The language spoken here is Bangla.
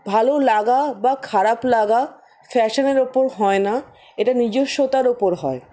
ভালো লাগা বা খারাপ লাগা ফ্যাশনের উপর হয় না এটা নিজস্বতার উপর হয়